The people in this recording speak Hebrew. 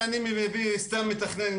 אם אני מביא סתם מתכנן,